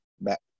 back